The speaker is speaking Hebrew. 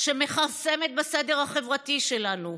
שמכרסמת בסדר החברתי שלנו,